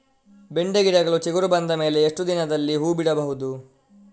ಬೆಂಡೆ ಗಿಡಗಳು ಚಿಗುರು ಬಂದ ಮೇಲೆ ಎಷ್ಟು ದಿನದಲ್ಲಿ ಹೂ ಬಿಡಬಹುದು?